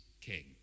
King